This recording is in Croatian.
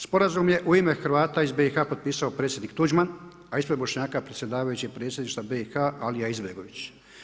Sporazum je u ime Hrvata iz BiH-a potpisao Predsjednik Tuđman a ispred Bošnjaka predsjedavajući Predsjedništva BiH-a Alija Izetbegović.